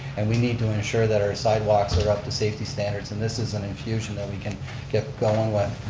and we need to ensure that our sidewalks are up to safety standards, and this is an infusion that we can get going with.